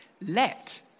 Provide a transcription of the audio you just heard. let